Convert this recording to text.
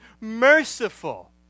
merciful